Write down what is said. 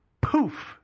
poof